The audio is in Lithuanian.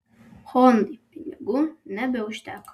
hondai pinigų nebeužteko